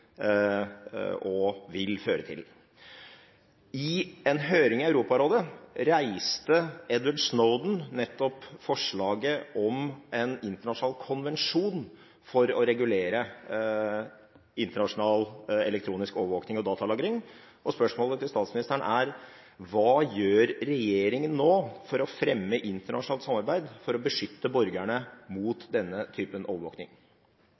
I en høring i Europarådet reiste Edward Snowden nettopp forslaget om en internasjonal konvensjon for å regulere internasjonal elektronisk overvåkning og datalagring. Spørsmålet til statsministeren er: Hva gjør regjeringen nå for å fremme internasjonalt samarbeid for å beskytte borgerne mot denne typen